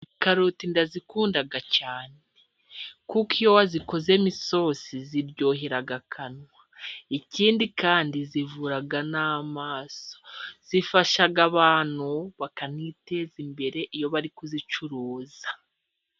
Karoti ndazikunda cyane. Kuko iyo wazikozemo isosi ziryohera akanwa, ikindi kandi zivura n'amaso zifasha abantu bakiteza imbere iyo bari kuzicuruza.